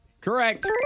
Correct